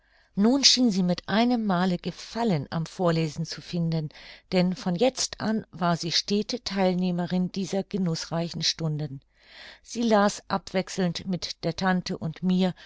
nun schien sie mit einem male gefallen am vorlesen zu finden denn von jetzt an war sie stete theilnehmerin dieser genußreichen stunden sie las abwechselnd mit der tante und mir